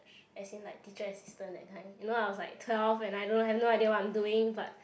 as in like teacher and sister that kind you know I was like twelve and I don't I had no idea what I'm doing but